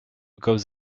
goes